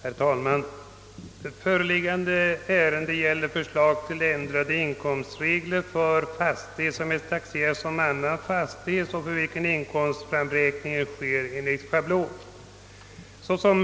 Herr talman! I den proposition vi nu behandlar föreslås ändrade inkomstregler vid beskattning av fastighet, vilken taxeras som annan fastighet och för vilken inkomsten framräknas genom en schablonmetod.